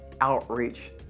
outreach